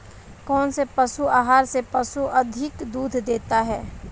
कौनसे पशु आहार से पशु अधिक दूध देते हैं?